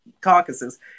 caucuses